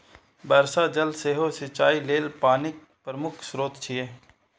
वर्षा जल सेहो सिंचाइ लेल पानिक प्रमुख स्रोत छियै